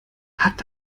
hat